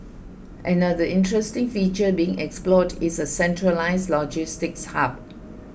another interesting feature being explored is a centralised logistics hub